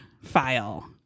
File